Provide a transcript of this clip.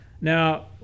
now